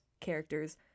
characters